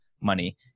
money